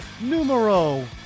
numero